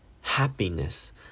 Happiness